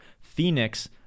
Phoenix